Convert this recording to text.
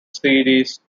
series